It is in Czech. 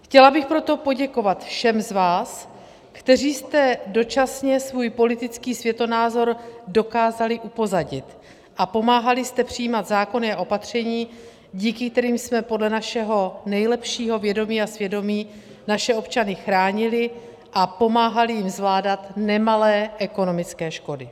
Chtěla bych proto poděkovat všem z vás, kteří jste dočasně svůj politický světonázor dokázali upozadit a pomáhali jste přijímat zákony a opatření, díky kterým jsme podle našeho nejlepšího vědomí a svědomí naše občany chránili a pomáhali jim zvládat nemalé ekonomické škody.